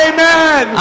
Amen